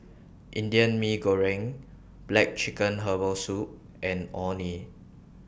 Indian Mee Goreng Black Chicken Herbal Soup and Orh Nee